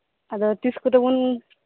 ᱟᱫᱚ ᱛᱤᱥᱠᱚᱛᱮ ᱵᱩᱱ